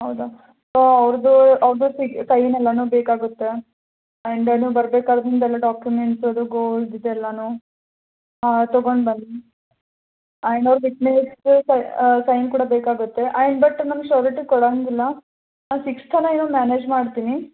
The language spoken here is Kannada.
ಹೌದಾ ಸೊ ಅವ್ರದ್ದು ಅವ್ರದ್ದು ಸಿಗ್ ಸೈನ್ ಎಲ್ಲಾ ಬೇಕಾಗುತ್ತೆ ಆ್ಯಂಡ್ ನೀವ್ ಬರ್ಬೇಕಾದ್ರೆ ನಿಮ್ಮದೆಲ್ಲ ಡಾಕ್ಯುಮೆಂಟ್ಸ್ ಅದು ಗೋಲ್ಡ್ ಇದೆಲ್ಲಾ ಹಾಂ ತೊಗೊಂಡು ಬನ್ನಿ ಆ್ಯಂಡ್ ಅವ್ರು ವಿಟ್ನೆಸ್ದು ಸೈನ್ ಕೂಡ ಬೇಕಾಗುತ್ತೆ ಆ್ಯಂಡ್ ಬಟ್ ನಮ್ಮ ಶೂರಿಟಿ ಕೊಡಂಗಿಲ್ಲ ಸಿಕ್ಸ್ ತನಕ ಏನೋ ಮ್ಯಾನೇಜ್ ಮಾಡ್ತೀನಿ